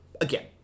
again